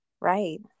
Right